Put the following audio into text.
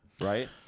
right